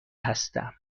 هستم